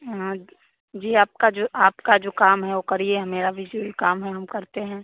हाँ की जी आपका जो आपका जो काम है वो करिए मेरा भी जो काम है हम करते हैं